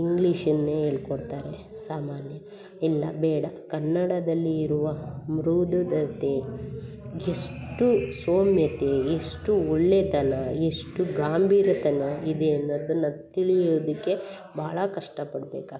ಇಂಗ್ಲೀಷನ್ನೇ ಹೇಳಿ ಕೊಡ್ತಾರೆ ಸಾಮಾನ್ಯ ಇಲ್ಲ ಬೇಡ ಕನ್ನಡದಲ್ಲಿ ಇರುವ ಎಷ್ಟು ಸೌಮ್ಯತೆ ಎಷ್ಟು ಒಳ್ಳೆತನ ಎಷ್ಟು ಗಾಂಭೀರ್ಯತನ ಇದೆ ಅನ್ನೋದನ್ನ ತಿಳಿಯೋದಕ್ಕೆ ಭಾಳ ಕಷ್ಟಪಡಬೇಕಾಗ್ತದೆ